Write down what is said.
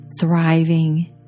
thriving